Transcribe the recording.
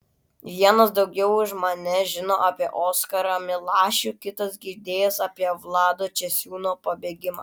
vienas daugiau už mane žino apie oskarą milašių kitas girdėjęs apie vlado česiūno pabėgimą